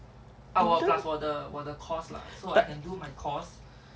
ah !wah! plus 我的我的 course lah and do my course